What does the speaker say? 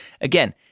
Again